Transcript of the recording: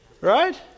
Right